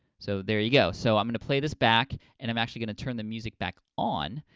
so, there you go. so i'm gonna play this back and i'm actually gonna turn the music back on.